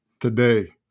today